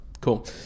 Cool